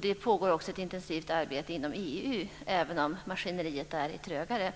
Det pågår också ett intensivt arbete inom EU, även om maskineriet där är trögare.